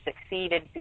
succeeded